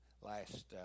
last